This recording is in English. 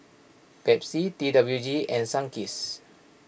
Pepsi T W G and Sunkist